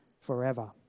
forever